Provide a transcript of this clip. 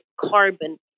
carbon